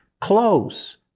close